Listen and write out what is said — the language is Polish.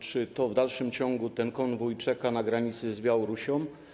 Czy w dalszym ciągu ten konwój czeka na granicy z Białorusią?